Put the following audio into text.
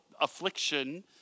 affliction